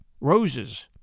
roses